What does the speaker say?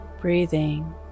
Breathing